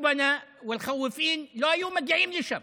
(אומר בערבית: הפחדנים,) לא היו מגיעים לשם.